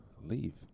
leave